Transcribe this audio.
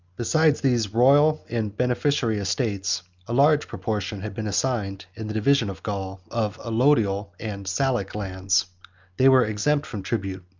besides these royal and beneficiary estates, a large proportion had been assigned, in the division of gaul, of allodial and salic lands they were exempt from tribute,